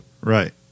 Right